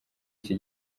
iki